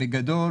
בגדול,